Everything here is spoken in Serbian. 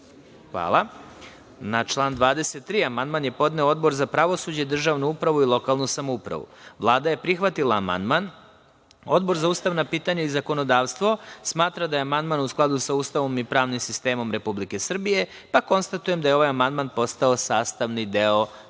zakona. Na član 23. amandman je podneo Odbor za pravosuđe, državnu upravu i lokalnu samoupravu. Vlada je prihvatila amandman. Odbor za ustavna pitanja i zakonodavstvo smatra da je amandman u skladu sa Ustavom i pravnim sistemom Republike Srbije. Konstatujem da je ovaj amandman postao sastavni deo